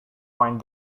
coined